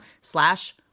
slash